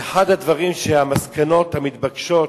ואחד הדברים, המסקנות המתבקשות,